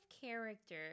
character